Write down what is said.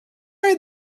had